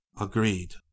Agreed